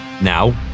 now